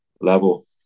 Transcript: level